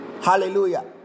hallelujah